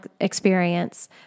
experience